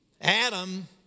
Adam